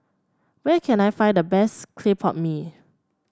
where can I find the best Clay Pot Mee